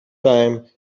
time